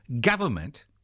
government